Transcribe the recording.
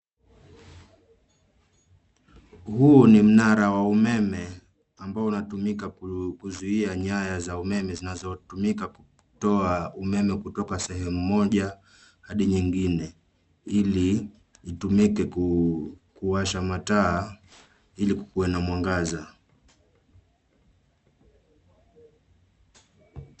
Huu ni mnara wa umeme ambao unatumika kuzuia nyaya za umeme zinazotumika kutoa umeme kutoka sehemu moja hadi nyingine ili itumike kuwasha mataa ili kukuwe na mwangaza.